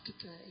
today